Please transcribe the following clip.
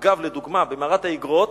אגב, לדוגמה, במערת האיגרות,